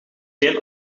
geen